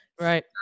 right